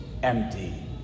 empty